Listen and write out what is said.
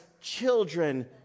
children